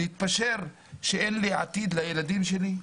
להתפשר שאין לי עתיד לילדים שלי?